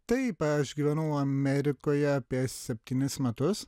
taip aš gyvenau amerikoje apie septynis metus